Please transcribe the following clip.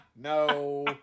No